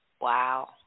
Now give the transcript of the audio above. Wow